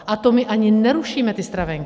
A to my ani nerušíme ty stravenky.